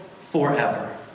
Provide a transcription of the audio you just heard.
forever